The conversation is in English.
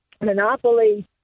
Monopoly